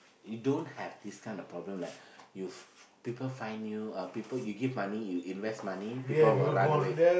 you don't have this kind of problem like you f~ people find you uh you give money you invest money people will run away